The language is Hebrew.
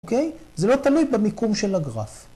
‫אוקיי? זה לא תלוי במיקום של הגרף.